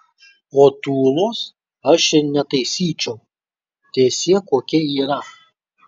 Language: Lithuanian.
o tūlos aš ir netaisyčiau teesie kokia yra